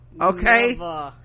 okay